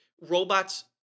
robots